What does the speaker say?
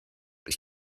ich